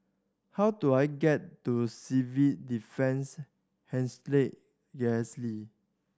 how do I get to Civil Defence